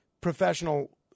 professional